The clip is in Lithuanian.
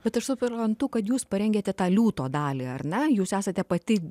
vat aš suprantu kad jūs parengiate tą liūto dalį ar ne jūs esate pati